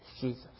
Jesus